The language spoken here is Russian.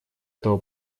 этого